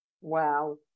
Wow